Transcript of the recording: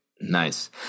Nice